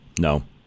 No